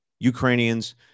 Ukrainians